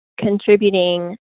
contributing